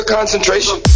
Concentration